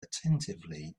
attentively